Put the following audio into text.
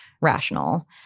rational